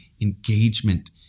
engagement